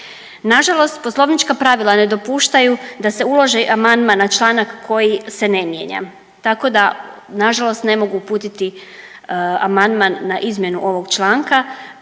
Nažalost poslovnička pravila ne dopuštaju da se uloži amandman na članak koji se ne mijenja, tako da nažalost ne mogu uputiti amandman na izmjenu ovog članka